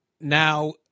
Now